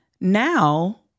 Now